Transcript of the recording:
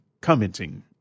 commenting